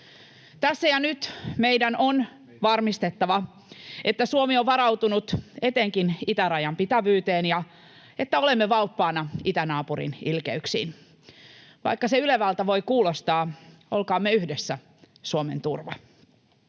Tässä ja nyt meidän on varmistettava, että Suomi on varautunut etenkin itärajan pitävyyteen ja että olemme valppaana itänaapurin ilkeyksiin. Vaikka se ylevältä voi kuulostaa, olkaamme yhdessä Suomen turva.